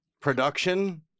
production